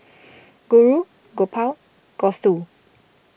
Guru Gopal and Gouthu